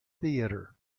theater